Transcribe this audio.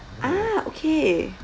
ah okay